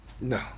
no